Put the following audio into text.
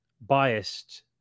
biased